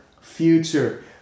future